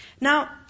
Now